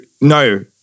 no